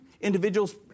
individuals